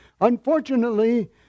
Unfortunately